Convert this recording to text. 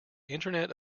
internet